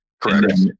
Correct